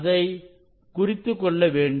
அதை குறித்துக் கொள்ளவேண்டும்